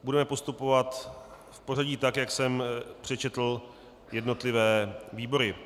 Budeme postupovat v pořadí, tak jak jsem přečetl jednotlivé výbory.